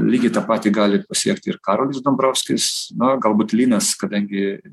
lygiai tą patį gali pasiekti ir karolis dombrovskis na galbūt lynas kadangi